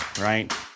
right